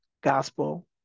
Gospel